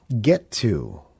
get-to